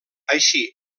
així